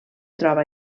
troba